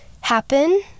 happen